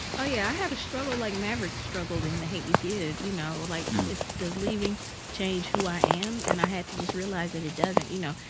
i yeah i had a struggle like maverick struggled in the hate u give. you know, like if does leaving change who i am? and i had to just realize that it doesn't. you know,